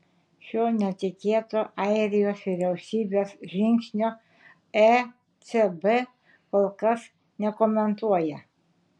šio netikėto airijos vyriausybės žingsnio ecb kol kas nekomentuoja